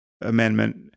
amendment